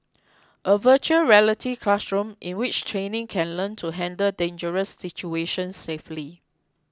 a Virtual Reality classroom in which trainees can learn to handle dangerous situations safely